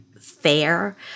fair